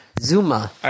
Zuma